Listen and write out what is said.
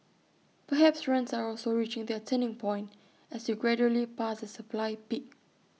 perhaps rents are also reaching their turning point as we gradually pass the supply peak